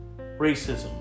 racism